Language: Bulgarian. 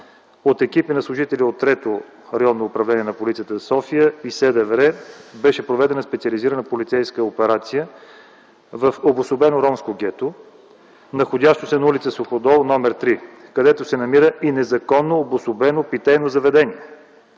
от екипи на служители на Трето районно управление на полицията в София и СДВР, беше проведена специализирана полицейска операция в обособено ромско гето, находящо се на ул. „Суходол” № 3, където се намира и незаконно обособено питейно заведение,